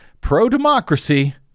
Pro-Democracy